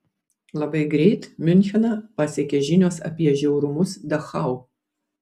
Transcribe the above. labai greit miuncheną pasiekė žinios apie žiaurumus dachau